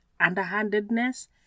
underhandedness